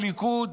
הליכוד